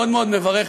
אני מאוד מאוד מברך,